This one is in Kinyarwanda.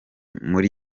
muri